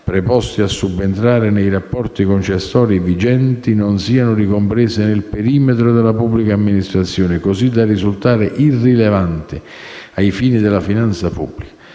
preposte a subentrare nei rapporti concessori vigenti, non siano ricomprese nel perimetro della pubblica amministrazione, così da risultare irrilevanti ai fini della finanza pubblica.